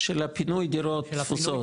של פינוי הדירות התפוסות,